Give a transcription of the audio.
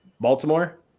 Baltimore